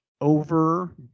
over